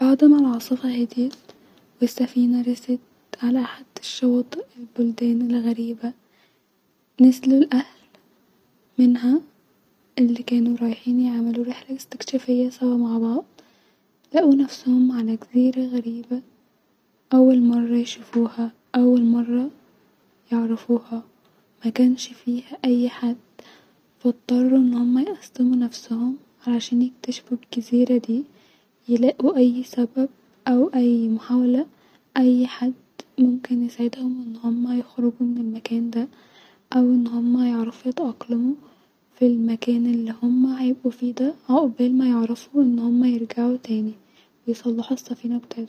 بعد ما العاصفه هديت والسفينه رست علي احد الشواطئ البلدان الغريبه نزلو الاهل منها الي كانو رايحين يعملو رحله استكشافيه سوا مع بعض-لقو نفسهم علي جزيره -غريب-اول مره يشوفوها-اول-مره يعرفوها- مكنش فيها اي حد-فا-اتطرو يقسمو نفسهم عشان يكتشفو الجزيره دي يلاقو اي سبب او اي محاوله او اي حد:ممكن يساعدهم ان هما يخرجو من المكان دا-او ان هما يعرفو يتأقلمو في المكان الي هما هيبقو فيه دا عقبال مايعرفو ان هما يرجعو تاني ويصلحو السفينه بتاعتهم